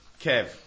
Kev